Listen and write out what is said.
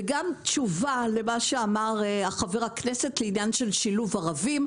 וגם תשובה למה שאמר חבר הכנסת לעניין של שילוב ערבים: